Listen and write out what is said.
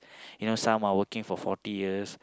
you know some are working for forty years